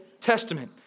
Testament